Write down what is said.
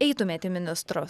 eitumėt į ministrus